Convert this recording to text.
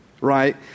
right